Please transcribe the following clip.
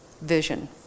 vision